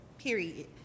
period